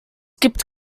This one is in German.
gibt